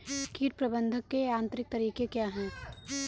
कीट प्रबंधक के यांत्रिक तरीके क्या हैं?